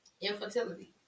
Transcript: infertility